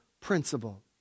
principle